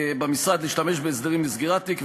במשרד להשתמש בהסדרים לסגירת תיק,